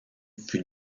fut